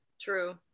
True